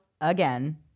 again